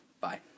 Bye